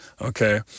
Okay